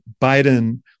Biden